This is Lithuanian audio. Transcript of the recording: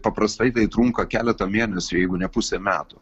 paprastai tai trunka keletą mėnesių jeigu ne pusę metų